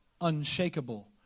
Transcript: unshakable